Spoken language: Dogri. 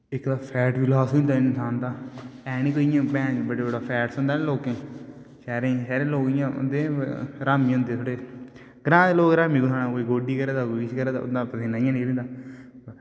इक तां फैट बी लास होई जंदा इंसान दा है नी इ'यां कोई बड्डा बड्डा फैट होंदा लोकें गी शैह्रें दे लोक इ'यां होंदे नी हरामी होंदे थोह्ड़े ग्राएं दे लोग हरामी कुत्थै होने कोई गोड्डी करा दा कोई किश करा दा उं'दा पसीन्ना इ'यां निकली जंदा